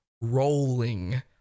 rolling